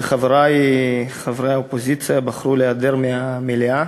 וחברי חברי האופוזיציה בחרו להיעדר מהמליאה,